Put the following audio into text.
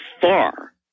far